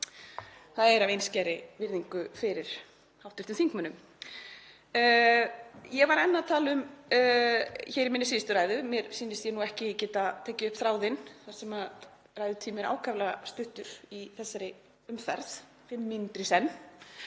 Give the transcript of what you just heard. Það er af einskærri virðingu fyrir hv. þingmönnum. Ég var enn að tala um, í minni síðustu ræðu — mér sýnist ég ekki geta tekið upp þráðinn þar sem ræðutími er ákaflega stuttur í þessari umferð, fimm mínútur í senn,